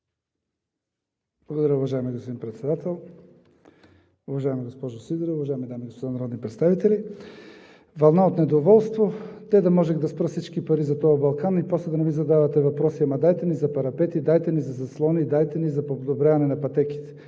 Благодаря, уважаеми господин Председател. Уважаема госпожо Сидорова, уважаеми дами и господа народни представители! Вълна от недоволство. Де да можех да спра всички пари за този балкан, за да не ми задавате после въпроси: дайте ни за парапети, дайте ни за заслони, дайте ни за подобряване на пътеките.